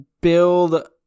build